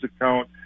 account